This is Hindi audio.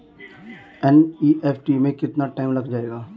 एन.ई.एफ.टी में कितना टाइम लग जाएगा?